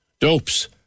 Dopes